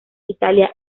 italia